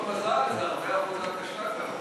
זאת הרבה עבודה קשה גם.